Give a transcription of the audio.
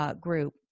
group